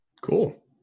Cool